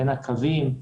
בין הקווים,